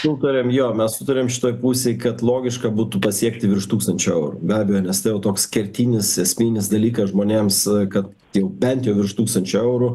sutarėm jo mes sutarėm šitoje pusėje kad logiška būtų pasiekti virš tūkstančio eurų be abejo nes tai jau toks kertinis esminis dalykas žmonėms kad jau bent jau virš tūkstančio eurų